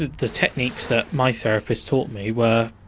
the techniques that my therapist taught me were,